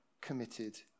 committed